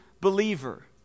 believer